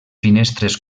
finestres